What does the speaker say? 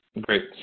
great